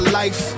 life